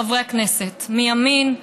חברי הכנסת מימין,